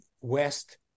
west